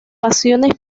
pasiones